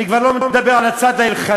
אני כבר לא מדבר על הצד ההלכתי.